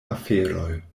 aferoj